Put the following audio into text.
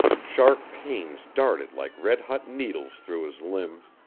sharp pains darted like red-hot needles through his limbs,